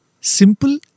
simple